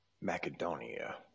Macedonia